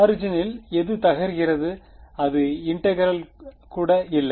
ஆரிஜினில் எது தகர்கிறது அதன் இன்டெகிரெல் கூட இல்லை